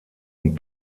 und